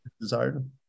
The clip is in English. desired